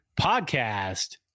podcast